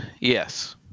yes